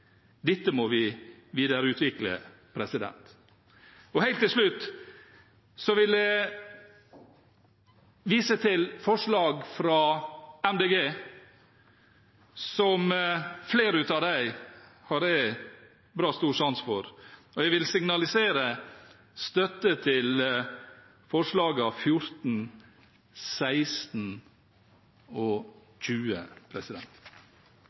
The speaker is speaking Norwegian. Dette må vi videreutvikle. Helt til slutt vil jeg vise til forslagene fra Miljøpartiet De Grønne. Flere av dem har jeg stor sans for, og jeg vil signalisere støtte til forslagene nr. 14, 16 og 20.